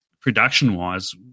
production-wise